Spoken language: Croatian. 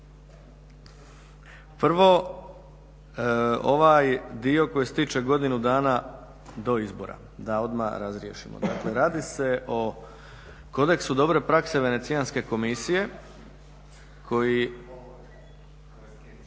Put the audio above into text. Prvo, ovaj dio koji se tiče godinu dana do izbora, da odmah razriješimo. Dakle, radi se o kodeksu dobre prakse Venecijanske komisije koji